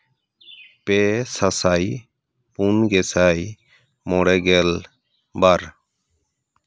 ᱯᱮ ᱥᱟᱥᱟᱭ ᱯᱩᱱ ᱜᱮᱥᱟᱭ ᱢᱚᱬᱮ ᱜᱮᱞ ᱵᱟᱨ